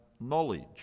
knowledge